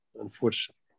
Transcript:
unfortunately